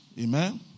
Amen